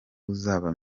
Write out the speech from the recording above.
buzaba